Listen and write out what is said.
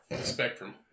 spectrum